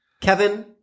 Kevin